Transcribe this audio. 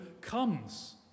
comes